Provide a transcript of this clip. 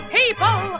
people